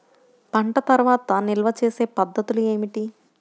పంట తర్వాత నిల్వ చేసే పద్ధతులు ఏమిటి?